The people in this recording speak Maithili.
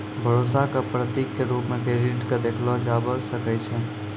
भरोसा क प्रतीक क रूप म क्रेडिट क देखलो जाबअ सकै छै